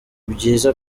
byiza